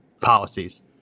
policies